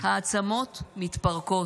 העצמות מתפרקות.